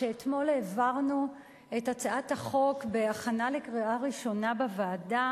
כשאתמול העברנו את הצעת החוק בהכנה לקריאה ראשונה בוועדה,